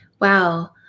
Wow